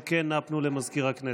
אם כן, אנא פנו למזכיר הכנסת.